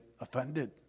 offended